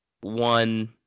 one